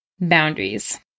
boundaries